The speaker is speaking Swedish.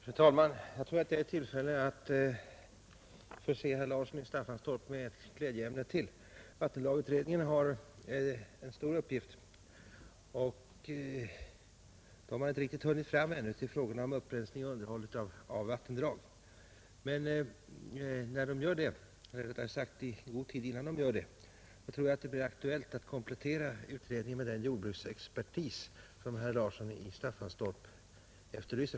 Fru talman! Jag tror att jag är i tillfälle att förse herr Larsson i Staffanstorp med ytterligare ett glädjeämne; vattenlagsutredningen har en stor uppgift, och den har ännu inte riktigt hunnit fram till frågorna om upprensning och underhåll av vattendrag. Men i god tid innan man gör det tror jag det blir aktuellt att komplettera utredningen med den jordbruksexpertis som herr Larsson i Staffanstorp efterlyser.